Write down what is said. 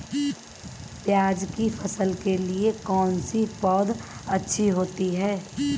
प्याज़ की फसल के लिए कौनसी पौद अच्छी होती है?